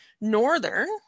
Northern